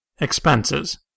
Expenses